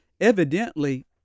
evidently